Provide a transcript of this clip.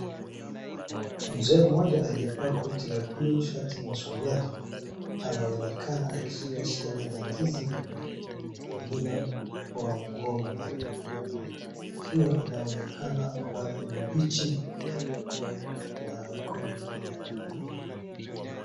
Mzee mmoja aliyevaa koti la bluu, shati na suruali anaonekana akishika shina la ndizi lililo kwa mgomba. Ndizi hiyo inaonekana bado ni mbichi na haiko tayari kukatwa.